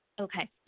Okay